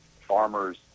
farmers